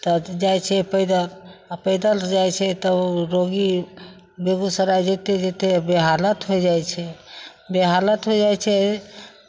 तऽ जाइ छै पैदल आ पैदल जाइ छै तऽ ओ रोगी बेगूसराय जयते जयते बेहालत होय जाइ छै बेहालत होय जाइ छै